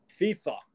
FIFA